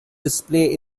display